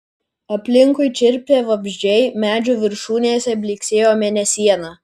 aplinkui čirpė vabzdžiai medžių viršūnėse blyksėjo mėnesiena